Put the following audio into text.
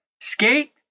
Skate